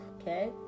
Okay